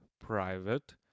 private